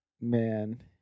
Man